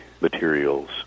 materials